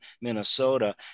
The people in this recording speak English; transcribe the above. Minnesota